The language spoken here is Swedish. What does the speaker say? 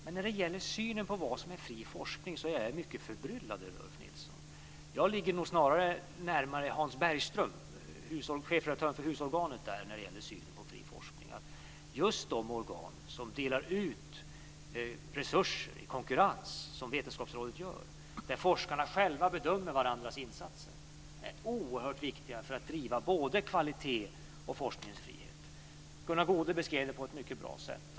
Men när det gäller synen på vad som är fri forskning så är jag mycket förbryllad över Ulf Nilsson. Jag ligger nog snarare närmare Hans Bergström, chefredaktör för husorganet, när det gäller synen på fri forskning, nämligen att just de organ som delar ut resurser i konkurrens, vilket Vetenskapsrådet gör, där forskarna själva bedömer varandras insatser är oerhört viktiga för att driva frågor om både kvalitet och forskningens frihet. Gunnar Goude beskrev detta på ett mycket bra sätt.